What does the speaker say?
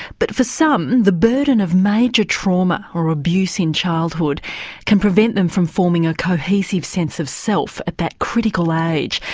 but for some the burden of major trauma or abuse in childhood can prevent them from forming a cohesive sense of self at that critical age.